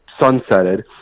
sunsetted